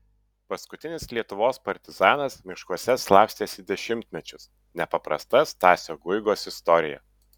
paskutinis lietuvos partizanas miškuose slapstėsi dešimtmečius nepaprasta stasio guigos istorija